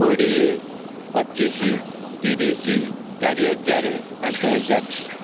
କୋଡ଼ିଏ ପଚିଶି ତିରିଶି ଚାରି ହଜାର ପାଞ୍ଚ ହଜାର